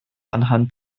anhand